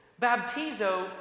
Baptizo